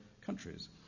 countries